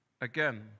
Again